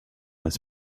his